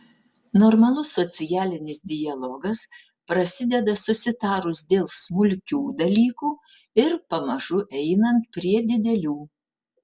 normalus socialinis dialogas prasideda susitarus dėl smulkių dalykų ir pamažu einant prie didelių